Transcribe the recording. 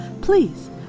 Please